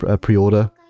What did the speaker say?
pre-order